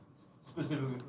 specifically